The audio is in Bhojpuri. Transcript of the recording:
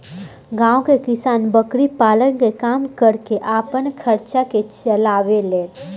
गांव के किसान बकरी पालन के काम करके आपन खर्चा के चलावे लेन